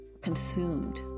consumed